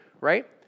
Right